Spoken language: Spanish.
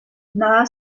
nada